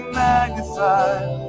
magnified